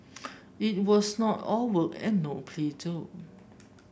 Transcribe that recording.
it was not all work and no play though